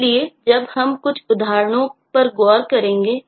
इसलिए अब हम कुछ उदाहरणों पर गौर करेंगे